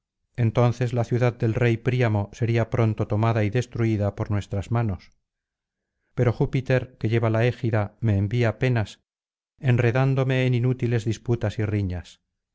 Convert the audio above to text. entonces la ciudad del rey príamo sería pronto tomada y destruida por nuestras manos pero júpiter que lleva la égida me envía penas enredándome en inútiles disputas y riñas